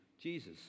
Jesus